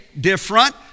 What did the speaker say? different